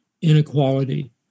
inequality